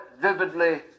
vividly